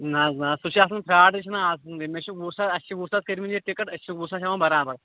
نہَ حظ نہَ حظ سُہ چھُ آسان فرٛاڈٕے چھُناہ آسان مےٚ چھُ وُہ ساس اَسہِ چھِ وُہ ساس کٔرمٕژ ییٚتہِ ٹِکَٹ أسۍ چھِ وُہ ساس ہیٚوان بَرابر